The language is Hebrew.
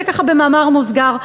זה ככה במאמר מוסגר,